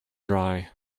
dry